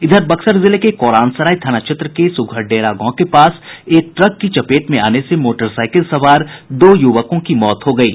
इधर बक्सर जिले के कोरानसराय थाना क्षेत्र के सुघर डेरा गांव के पास एक ट्रक की चपेट में आने से मोटरसाईकिल सवार दो युवकों की मौत हो गयी